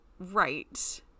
right